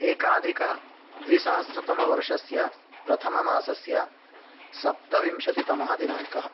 एकाधिकद्विसहस्रतमवर्षस्य प्रथममासस्य सप्तविंशतितमः दिनाङ्कः